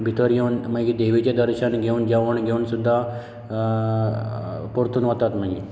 भितर येवन मागीर देवीचें दर्शन घेवन जेवण घेवन सुद्दां परतून वतात मागीर